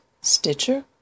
Stitcher